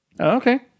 Okay